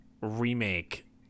remake